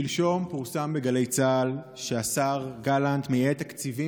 שלשום פורסם בגלי צה"ל שהשר גלנט מייעד תקציבים